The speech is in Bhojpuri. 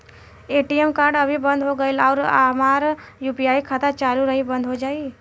ए.टी.एम कार्ड अभी बंद हो गईल आज और हमार यू.पी.आई खाता चालू रही की बन्द हो जाई?